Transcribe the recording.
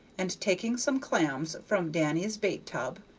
and taking some clams from danny's bait-tub,